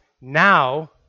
now